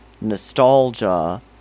nostalgia